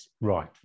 Right